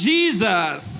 Jesus